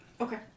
Okay